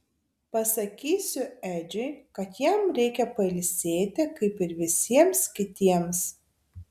pasakysiu edžiui kad jam reikia pailsėti kaip ir visiems kitiems